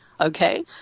Okay